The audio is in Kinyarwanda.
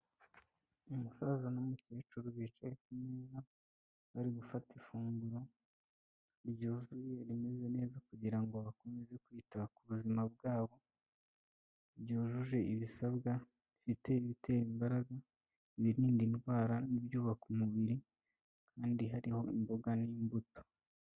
Umusaza n'umukecuru bicaye kumeza bari gufata ifunguro ryuzuye rimeze neza kugira ngo bakomeze kwita ku buzima bwabo, byuyujuje ibisabwa bifite ibitera imbaraga, ibirinda indwara n'ibyubaka umubiri kandi hariho imboga n'imbuto.